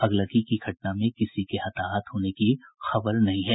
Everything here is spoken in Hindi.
अगलगी की घटना में किसी के हताहत होने की खबर नहीं है